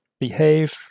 behave